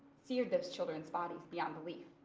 seared those children's bodies beyond belief.